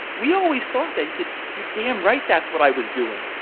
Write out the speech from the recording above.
we always thought that he said, you're damn right that's what i was doing.